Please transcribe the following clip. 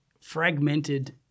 fragmented